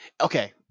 Okay